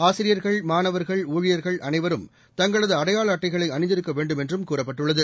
ஆசிரியர்கள் மாணவர்கள் ஊழியர்கள் அனைவரும் தங்களது அடையாள அட்டைகளை அணிந்திருக்க வேண்டும் என்றும் கூறப்பட்டுள்ளது